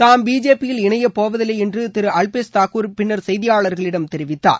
தாம் பிஜேபியில் இணைய போவதில்லை என்று திரு அப்லேஷ் தாகூர் பின்னர் செய்தியாளர்களிடம் தெரிவித்தார்